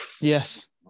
Yes